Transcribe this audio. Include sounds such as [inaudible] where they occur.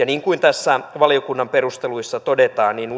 [unintelligible] niin kuin valiokunnan perusteluissa todetaan